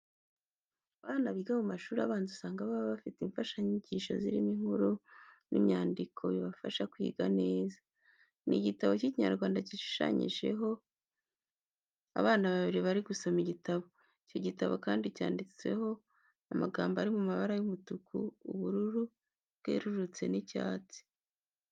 Abana biga mu mashuri abanza, usanga baba bafite imfashanyigisho zirimo inkuru n'imyandiko bibafahsa kwiga neza. Ni igitabo cy'Ikinyarwanda gishushanyijeho abana babiri bari gusoma igitabo. Icyo gitabo kandi cyanditseho amagambo ari mu mabara y'umutuku, ubururu bwerurutse n'icyatsi.